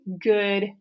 good